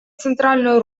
центральную